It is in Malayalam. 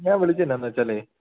ഞാൻ വിളിച്ചത് എന്നാന്നു വെച്ചാൽ